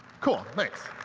cool, thanks.